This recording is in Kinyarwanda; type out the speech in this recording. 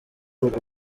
ubwo